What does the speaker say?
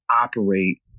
operate